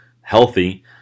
healthy